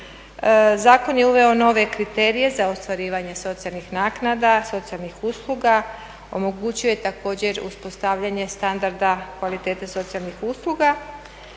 Zakon je uveo nove kriterije za ostvarivanje socijalnih naknada, socijalnih usluga, omogućio je također uspostavljanje standarda kvalitete socijalnih usluga,